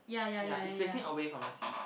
ya it's facing away from the sea